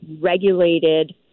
regulated